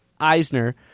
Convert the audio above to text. Eisner